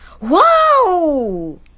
Wow